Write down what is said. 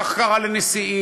כך קרה לנשיאים,